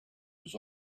his